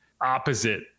opposite